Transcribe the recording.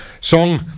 song